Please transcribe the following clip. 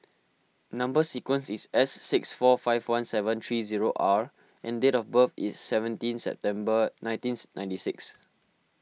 Number Sequence is S six four five one seven three zero R and date of birth is seventeen September nineteenth ninety six